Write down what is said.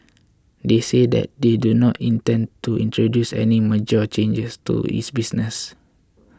they said that they do not intend to introduce any major changes to its business